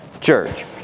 church